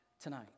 tonight